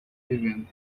vivendo